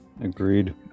Agreed